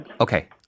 Okay